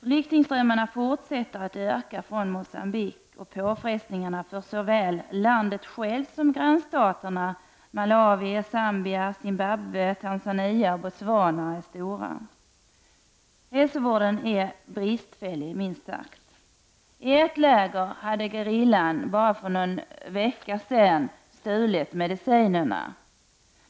Flyktingströmmarna från Mogambique ökar, och påfrestningarna på såväl landet självt som grannstaterna Malawi, Zambia, Zimbabwe, Tanzania och Botswana är stora. Hälsovården är bristfällig, minst sagt. I ett läger hade gerillan bara någon vecka tidigare stulit medicinerna.